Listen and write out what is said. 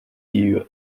view